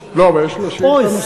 לא, אבל יש לו שאילתה נוספת.